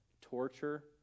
torture